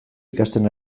ikasten